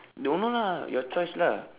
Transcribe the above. don't know lah your choice lah